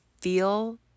feel